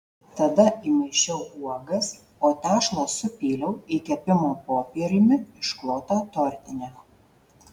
tada įmaišiau uogas o tešlą supyliau į kepimo popieriumi išklotą tortinę